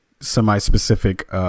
semi-specific